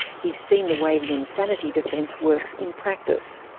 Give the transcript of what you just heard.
he's seen the way the insanity defence works in practice.